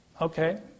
okay